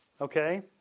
Okay